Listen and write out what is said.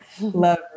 love